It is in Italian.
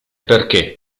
perché